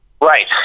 Right